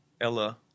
Ella